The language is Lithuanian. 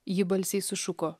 ji balsiai sušuko